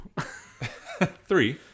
Three